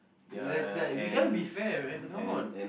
ya let's let's you got to be fair man come on